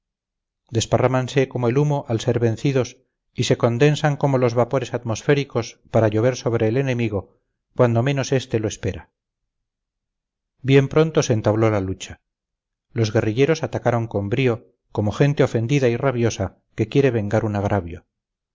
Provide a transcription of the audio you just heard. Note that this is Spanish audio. desparrámanse como el humo al ser vencidos y se condensan como los vapores atmosféricos para llover sobre el enemigo cuando menos este lo espera bien pronto se entabló la lucha los guerrilleros atacaron con brío como gente ofendida y rabiosa que quiere vengar un agravio